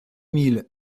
mille